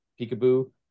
peekaboo